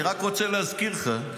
אני רק רוצה להזכיר לך: